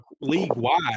league-wide